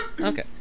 Okay